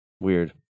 Weird